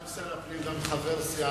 גם שר הפנים, גם חבר סיעתי.